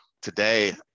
today